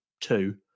two